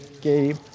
Gabe